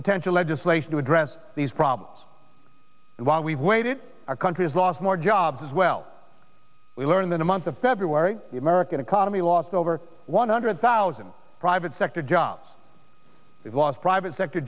potential legislation to address these problems while we've waited our country has lost more jobs as well we learned than a month of february american economy lost over one hundred thousand private sector jobs lost private sector